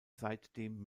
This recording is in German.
seitdem